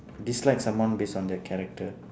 dislike someone based on their character